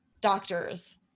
doctors